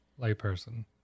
Layperson